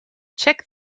check